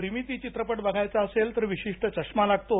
त्रिमिती चित्रपट बघायचा असेल तर विशिष्टय चष्मास लागतो